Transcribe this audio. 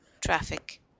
traffic